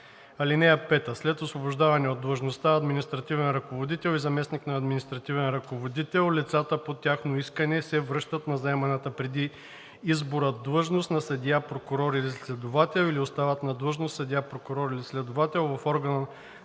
„(5) След освобождаване от длъжността административен ръководител и заместник на административен ръководител лицата по тяхно искане се връщат на заеманата преди избора длъжност на съдия, прокурор или следовател или остават на длъжност съдия, прокурор или следовател в орган на